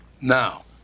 Now